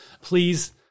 Please